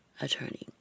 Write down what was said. attorney